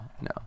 no